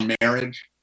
marriage